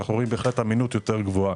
ואמינות יותר גבוהה.